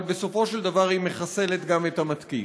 אבל בסופו של דבר היא מחסלת גם את המתקיף.